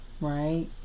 right